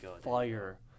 fire